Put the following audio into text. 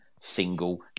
single